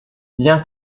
bien